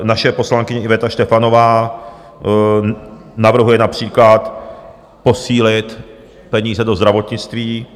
Naše poslankyně Iveta Štefanová navrhuje například posílit peníze do zdravotnictví.